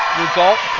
result